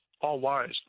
all-wise